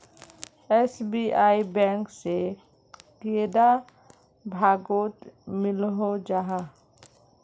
SBI bank से कैडा भागोत मिलोहो जाहा?